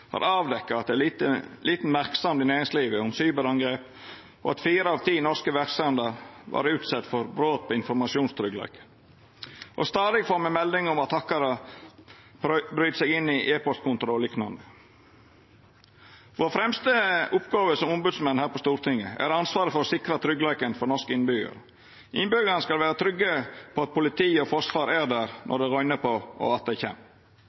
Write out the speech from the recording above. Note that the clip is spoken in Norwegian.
har avdekt at det er lite merksemd i næringslivet om cyberangrep, og at fire av ti norske verksemder har vore utsette for brot på informasjonstryggleiken. Og stadig får me melding om at hackarar bryt seg inn i e-postkontoar o.l. Den fremste oppgåva vår som ombodsmenn her på Stortinget, er ansvaret for å sikra tryggleiken for norske innbyggjarar. Innbyggjarane skal vera trygge på at politi og forsvar er der når det røyner på, og at dei kjem.